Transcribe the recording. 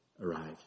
arrived